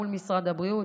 מול משרד הבריאות.